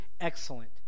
excellent